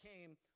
came